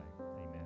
amen